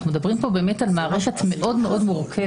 אנחנו מדברים כאן על מערכת מאוד מאוד מורכבת.